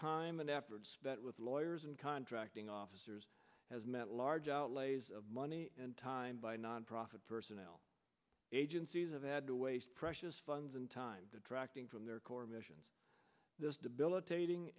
time and effort spent with lawyers and contracting officers has met large outlays of money and time by nonprofit personnel agencies have had to waste precious funds and time detracting from their core missions this debilitating